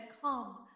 come